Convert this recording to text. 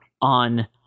on